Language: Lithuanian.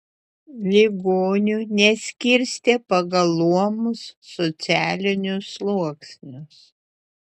ligonių neskirstė pagal luomus socialinius sluoksnius